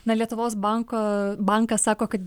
na lietuvos banko bankas sako kad